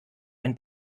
ein